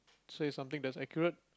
so is something that is accurate